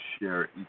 share